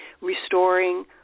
restoring